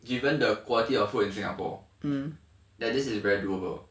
given the quality of food in singapore that this is very doable